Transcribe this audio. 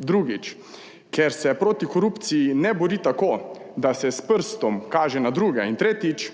Drugič, ker se proti korupciji ne bori tako, da se s prstom kaže na druge, in tretjič,